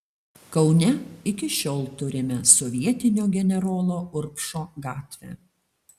kaune iki šiol turime sovietinio generolo urbšo gatvę